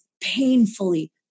painfully